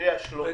שהקריאה שלומית.